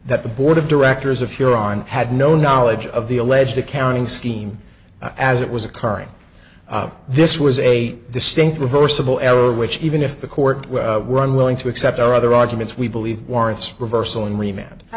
that the board of directors of huron had no knowledge of the alleged accounting scheme as it was occurring this was a distinct reversible error which even if the court were unwilling to accept our other arguments we believe warrants reversal